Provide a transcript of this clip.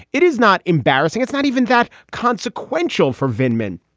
it is not embarrassing. it's not even that consequential for venkman.